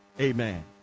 Amen